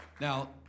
Now